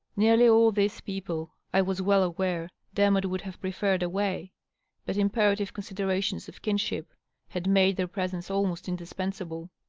nearly all these people, i was well aware, demotte would have preferred away but imperative considerations of kinship had made their presence almost indispensable.